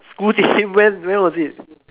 school days when when was it